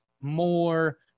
more